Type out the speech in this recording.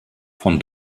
von